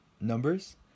numbers